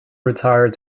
retire